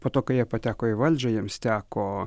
po to kai jie pateko į valdžią jiems teko